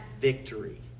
victory